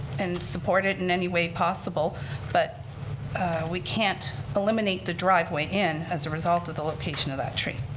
and support it in anyway possible but we can't eliminate the driveway in as a result of the location of that tree.